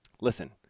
Listen